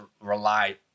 rely